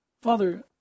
Father